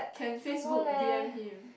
can Facebook d_m him